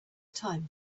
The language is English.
time